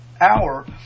hour